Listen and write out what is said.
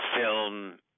film